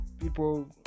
people